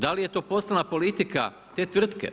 Da li je to poslovna politika te tvrtke?